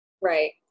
right